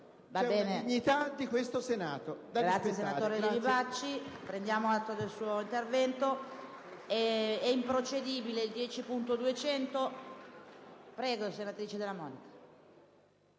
una dignità di questo Senato